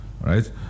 right